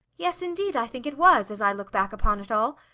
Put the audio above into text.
yes, indeed, i think it was, as i look back upon it all.